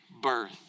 birth